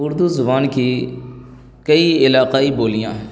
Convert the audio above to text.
اردو زبان کئی علاقائی بولیاں ہیں